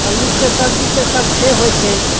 आलुके सब्जी तऽ सभठाम होइ छै